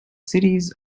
cities